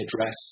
address